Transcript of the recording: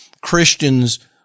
Christians